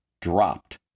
dropped